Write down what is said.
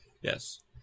Yes